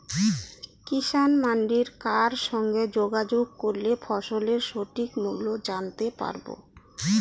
কিষান মান্ডির কার সঙ্গে যোগাযোগ করলে ফসলের সঠিক মূল্য জানতে পারবো?